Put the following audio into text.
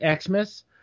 xmas